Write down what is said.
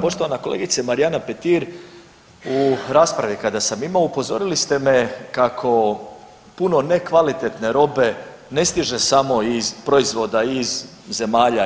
Poštovana kolegice Marijana Petir, u raspravi kada sam imao upozorili ste me kako puno nekvalitetne robe ne stiže samo i proizvoda i iz zemalja